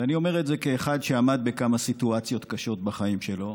ואני אומר את זה כאחד שעמד בכמה סיטואציות קשות בחיים שלו,